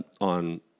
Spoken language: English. on